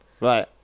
right